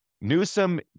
Newsom